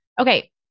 Okay